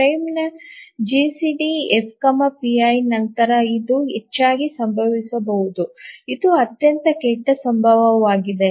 ಫ್ರೇಮ್ನ GCD F ಪೈGCDF pi ನಂತರ ಇದು ಹೆಚ್ಚಾಗಿ ಸಂಭವಿಸಬಹುದು ಇದು ಅತ್ಯಂತ ಕೆಟ್ಟ ಸಂದರ್ಭವಾಗಿದೆ